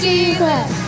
Jesus